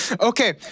Okay